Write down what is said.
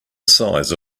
size